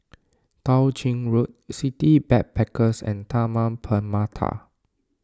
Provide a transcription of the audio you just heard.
Tao Ching Road City Backpackers and Taman Permata